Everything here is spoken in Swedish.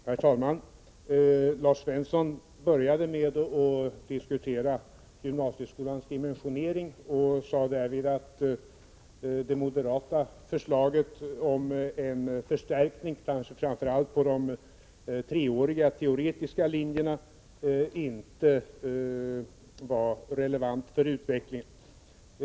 Herr talman! Lars Svensson började med att diskutera gymnasieskolans dimensionering. Han sade därvid att det moderata förslaget om en förstärkning, framför allt på de treåriga teoretiska linjerna, inte var relevant med hänsyn till utvecklingen.